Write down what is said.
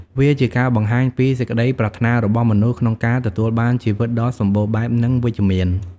វាជាការបង្ហាញពី សេចក្តីប្រាថ្នារបស់មនុស្សក្នុងការទទួលបានជីវិតដ៏សម្បូរបែប និងវិជ្ជមាន។